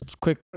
quick